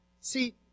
See